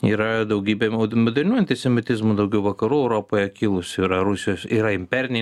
yra daugybė modernių antisemitizmų daugiau vakarų europoje kilusių yra rusijos yra imperiniai